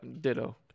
ditto